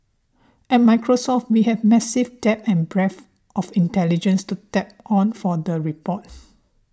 at Microsoft we have massive depth and breadth of intelligence to tap on for the report